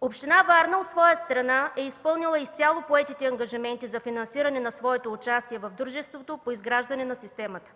Община Варна от своя страна е изпълнила изцяло поетите ангажименти за финансиране на своето участие в дружеството по изграждане на системата.